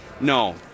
No